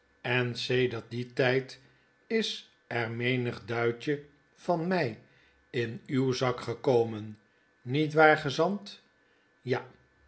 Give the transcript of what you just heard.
en sedert dien tjjd is er menig duitje van my in uw zak gekomen niet waar gezant n ja